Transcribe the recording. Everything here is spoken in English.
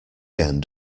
end